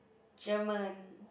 German